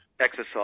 exercise